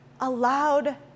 allowed